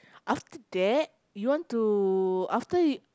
after that you want to after you